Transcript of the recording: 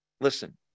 Listen